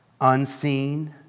unseen